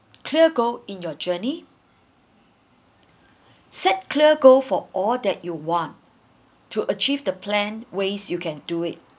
clear goals in your journey set clear goal for all that you want to achieve the plan ways you can do it